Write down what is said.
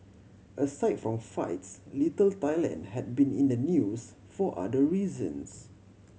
aside from fights Little Thailand had been in the news for other reasons